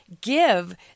give